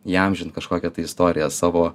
įamžint kažkokią tai istoriją savo